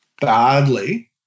badly